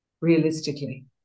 realistically